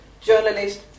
journalist